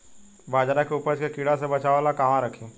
बाजरा के उपज के कीड़ा से बचाव ला कहवा रखीं?